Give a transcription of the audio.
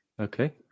Okay